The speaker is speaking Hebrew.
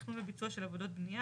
בתכנון וביצוע של עבודת בנייה,